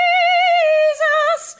Jesus